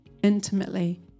Intimately